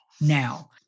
now